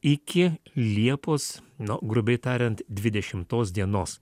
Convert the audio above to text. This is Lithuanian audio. iki liepos nu grubiai tariant dvidešimtos dienos